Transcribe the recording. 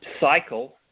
cycle